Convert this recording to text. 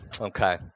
Okay